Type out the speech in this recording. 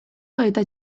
eta